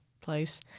place